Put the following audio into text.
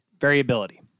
Variability